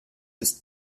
ist